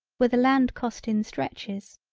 with a land cost in stretches.